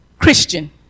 Christian